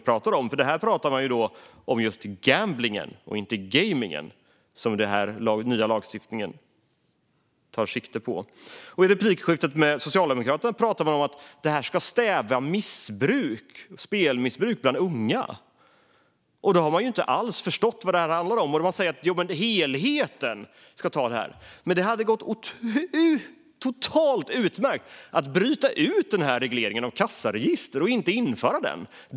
Här talar man om just gambling och inte gejming, som den nya lagstiftningen tar sikte på. I replikskiftet med Socialdemokraternas företrädare pratades det om att det ska stävja spelmissbruk bland unga. Då har man inte alls förstått vad det handlar om. Man säger att man ska se till helheten. Men det hade gått utmärkt att bryta ut den här regleringen om kassaregister och inte införa den.